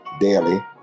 daily